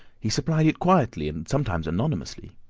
he supplied it quietly and sometimes anonymously.